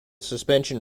suspension